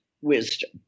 wisdom